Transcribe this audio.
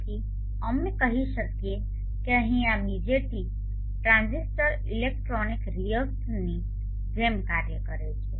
તેથી અમે કહી શકીએ કે અહીં આ BJT ટ્રાંઝિસ્ટર ઇલેક્ટ્રોનિક રિયોસ્ટની જેમ કાર્ય કરે છે